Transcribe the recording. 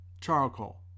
Charcoal